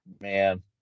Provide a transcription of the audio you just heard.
Man